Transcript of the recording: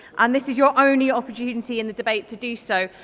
and this is your only opportunity in the debate to do so.